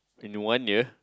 in one year